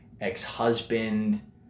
ex-husband